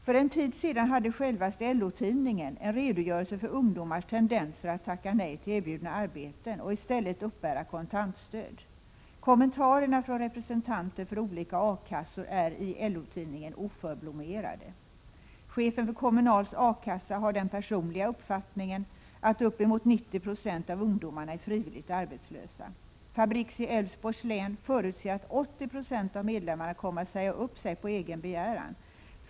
För en tid sedan hade självaste LO-tidningen en redogörelse för ungdomars tendenser att tacka nej till erbjudna arbeten och i stället uppbära kontantstöd. Kommentarerna från representanter för olika A-kassor är i LO-tidningen oförblommerade. Chefen för Kommunals A-kassa har den personliga uppfattningen att uppemot 90 96 av ungdomarna är frivilligt arbetslösa. Fabriks i Älvsborgs län förutser att 80 96 av medlemmarna kommer att säga upp sig på egen begäran.